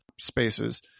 spaces